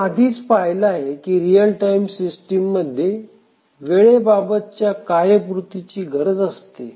आपण आधीच पाहिलं आहे की रियल टाइम सिस्टीममध्ये वेळेबाबतच्या कार्यपूर्तीची गरज असते